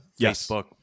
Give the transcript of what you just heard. Facebook